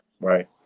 right